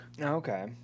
okay